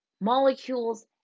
molecules